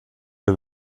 der